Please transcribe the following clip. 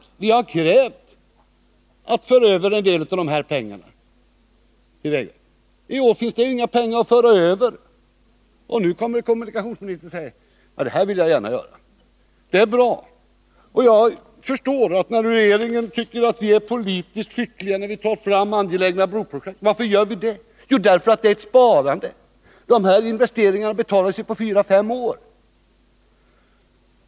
Vi har krävt att en del av dessa pengar skall föras över till vägverket. I år finns det inga pengar att föra över. Då kommer kommunikationsministern och säger: Det vill jag gärna göra. Regeringen tycker att vi är politiskt skickliga när vi tar fram angelägna broprojekt. Men varför gör vi det? Jo, därför att dessa brobyggen innebär ett sparande. Investeringarna betalar sig på fyra till fem år.